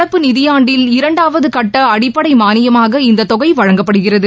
நடப்பு நிதியாண்டில் இரண்டாவதுகட்ட அடிப்படை மானியமாக இந்த தொகை வழங்கப்படுகிறது